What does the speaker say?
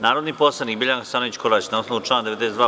Narodni poslanik Biljana Hasanović Korać na osnovu člana 92.